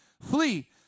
flee